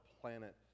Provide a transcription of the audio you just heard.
planet